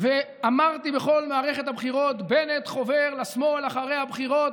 ואמרתי בכל מערכת הבחירות: בנט חובר לשמאל אחרי הבחירות,